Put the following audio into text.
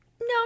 No